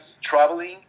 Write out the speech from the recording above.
traveling